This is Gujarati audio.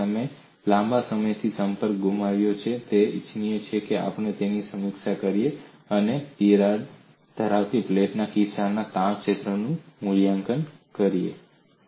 કારણ કે તમે લાંબા સમયથી સંપર્ક ગુમાવ્યો છે તે ઇચ્છનીય છે કે આપણે તેમની સમીક્ષા કરીએ અને તિરાડ ધરાવતી પ્લેટના કિસ્સામાં તાણ ક્ષેત્રોનું મૂલ્યાંકન કરીએ